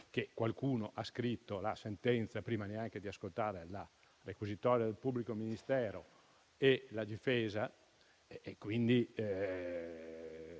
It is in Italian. che qualcuno ha scritto la sentenza prima ancora di ascoltare la requisitoria del pubblico ministero e la difesa. Magari